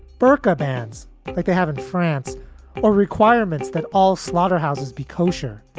burqa bans like they have in france or requirements that all slaughterhouses be kosher.